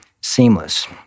seamless